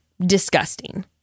Disgusting